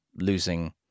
losing